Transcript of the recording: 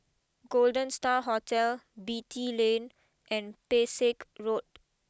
Golden Star Hotel Beatty Lane and Pesek Road